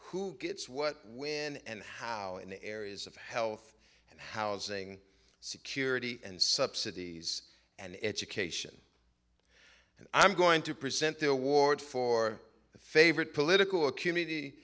who gets what when and how in the areas of health and housing security and subsidies and education and i'm going to present the award for the favorite political a